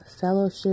fellowship